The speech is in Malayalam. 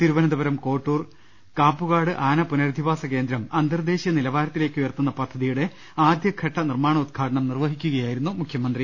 തിരുവനന്തപുരം കോട്ടൂർ കാപ്പു കാട് ആന പുനഃരധിവാസ കേന്ദ്രം അന്തർദേശീയ നിലവാരത്തിലേക്കുയർത്തുന്ന പദ്ധതിയുടെ ആദ്യഘട്ട നിർമ്മാണോദ്ഘാടനം നിർവഹിക്കുകയായിരുന്നു മുഖ്യ മന്ത്രി